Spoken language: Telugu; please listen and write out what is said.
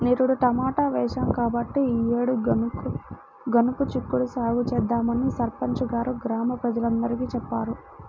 నిరుడు టమాటా వేశాం కాబట్టి ఈ యేడు గనుపు చిక్కుడు సాగు చేద్దామని సర్పంచి గారు గ్రామ ప్రజలందరికీ చెప్పారు